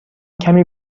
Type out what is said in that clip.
کمی